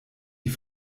die